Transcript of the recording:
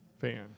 fan